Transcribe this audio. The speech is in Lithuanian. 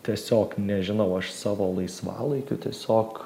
tiesiog nežinau aš savo laisvalaikiu tiesiog